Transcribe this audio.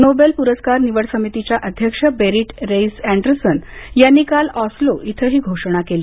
Nobel पुरस्कार निवड समितीच्या अध्यक्ष बेरिट रेइस अँडरसन यांनी काल ऑस्लो इथं ही घोषणा केली